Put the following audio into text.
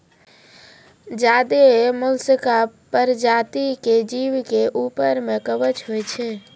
ज्यादे मोलसका परजाती के जीव के ऊपर में कवच होय छै